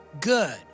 good